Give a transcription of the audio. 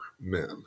men